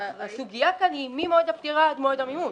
הסוגיה כאן היא ממועד הפטירה עד מועד המימוש.